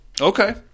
okay